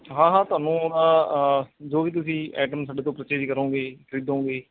ਹਾਂ ਹਾਂ ਤੁਹਾਨੂੰ ਜੋ ਵੀ ਤੁਸੀਂ ਐਟਮ ਸਾਡੇ ਤੋਂ ਪਰਚੇਜ਼ ਕਰੋਂਗੇ ਖਰੀਦੋਂਗੇ